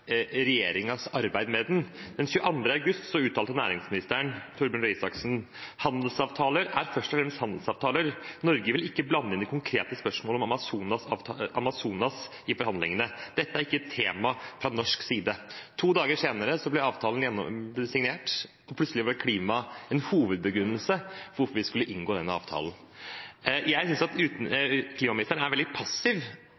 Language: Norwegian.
arbeid med den. Den 22. august uttalte næringsministeren, Torbjørn Røe Isaksen, at «handelsavtaler først og fremst er handelsavtaler», og at Norge «ikke vil blande inn det konkrete spørsmålet om Amazonas-avtalen i forhandlingene». Og: «Dette er ikke et tema fra norsk side.» To dager senere ble avtalen signert, og plutselig var klima en hovedbegrunnelse for hvorfor vi skulle inngå denne avtalen. Jeg synes at